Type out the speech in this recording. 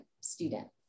student